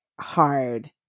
hard